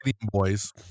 boys